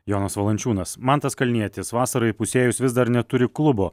jonas valančiūnas mantas kalnietis vasarai įpusėjus vis dar neturi klubo